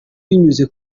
binyuze